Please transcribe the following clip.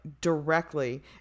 directly